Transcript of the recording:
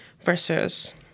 versus